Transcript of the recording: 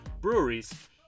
breweries